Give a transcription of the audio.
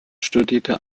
studierte